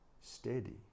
steady